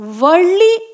worldly